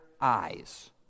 eyes